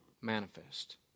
manifest